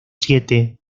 siete